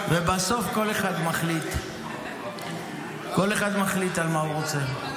בסוף כל אחד מחליט, כל אחד מחליט על מה הוא רוצה.